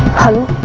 hello.